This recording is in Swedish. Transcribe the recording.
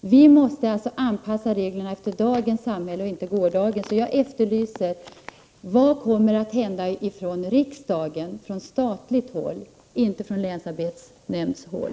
Reglerna måste alltså anpassas efter dagens samhälle och inte efter gårdagens. Vad kommer att göras från riksdagens sida, dvs. från statligt håll; och inte från länsarbetsnämndernas håll?